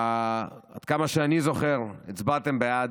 עד כמה שאני זוכר הצבעתם בעד,